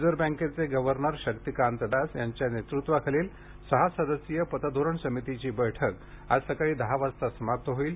reserve बँकेचे governor Shaktikanta Das यांच्या नेतृत्वाखालील सहा सदस्यीय पतधोरण समितीची बैठक आज सकाळी दहा वाजता समाप्त होईल